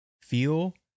feel